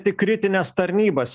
tik kritines tarnybas